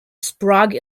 sprague